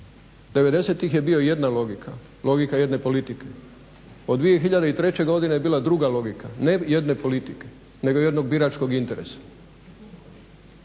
je bila jedna logika, logika jedne politike. Od 2003. godine je bila druga logika, ne jedne politike nego jednog biračkog interesa.